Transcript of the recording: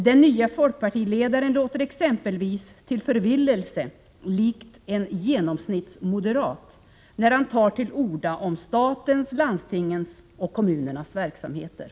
Den nya folkpartiledaren låter exempelvis till förvillelse lik en genomsnittsmoderat, när han tar till orda om statens, landstingens och kommunernas verksamheter.